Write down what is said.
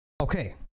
Okay